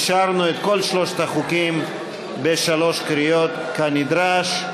אישרנו את כל שלושת החוקים בשלוש קריאות כנדרש.